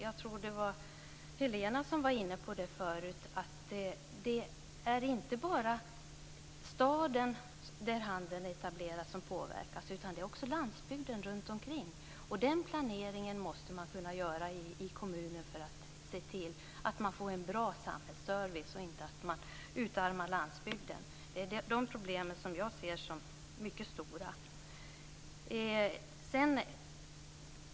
Jag tror att Helena Hillar Rosenqvist tidigare var inne på att det inte bara är staden med etablerad handel som påverkas utan även landsbygden runtomkring. Den planeringen måste kunna göras i kommunen för att se till att det finns en bra samhällsservice utan att utarma landsbygden. Det är de problemen som jag ser som mycket stora.